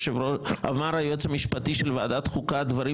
ואמר היועץ המשפטי של ועדת חוקה דברים